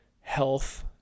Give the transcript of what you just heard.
health